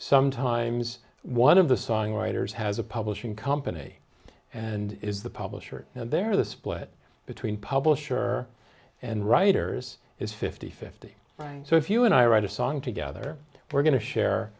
sometimes one of the songwriters has a publishing company and it's the publisher and they're the split between publisher and writers is fifty fifty so if you and i write a song together we're going to share